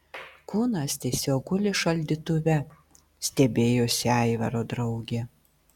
kūnas tiesiog guli šaldytuve stebėjosi aivaro draugė